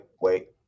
wait